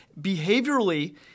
Behaviorally